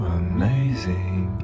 amazing